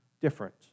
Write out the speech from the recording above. different